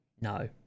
No